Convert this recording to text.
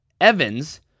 Evans